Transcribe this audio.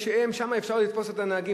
בסוף התחרות היא על המודעות של הנהג,